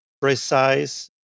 precise